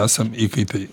esam įkaitai